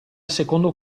secondo